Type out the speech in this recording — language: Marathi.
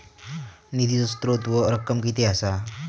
निधीचो स्त्रोत व रक्कम कीती असा?